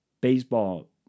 Baseball